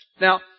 Now